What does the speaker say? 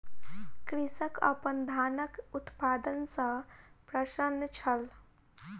कृषक अपन धानक उत्पादन सॅ प्रसन्न छल